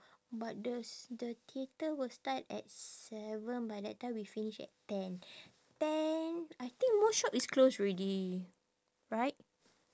but the s~ the theatre will start at seven by that time we finish at ten ten I think most shop is close already right